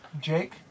Jake